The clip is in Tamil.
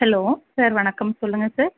ஹலோ சார் வணக்கம் சொல்லுங்கள் சார்